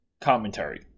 commentary